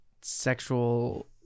sexual